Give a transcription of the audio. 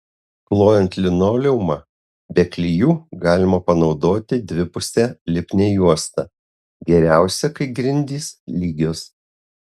klojant linoleumą be klijų galima panaudoti dvipusę lipnią juostą geriausia kai grindys lygios